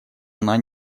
она